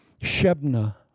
shebna